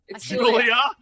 Julia